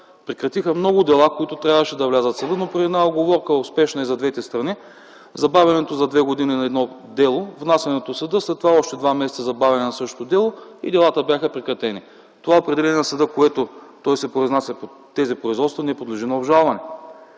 прекратиха много дела, които трябваше да влязат - при една уговорка, успешна и за двете страни, забавянето на едно дело за две години, внасянето в съда, след това още два месеца забавяне на същото дело и делата бяха прекратени. Това определение на съда, с което той се произнася по тези производства, не подлежи на обжалване.